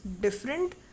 different